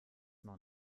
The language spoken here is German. noch